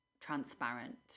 transparent